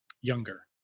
Younger